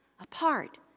apart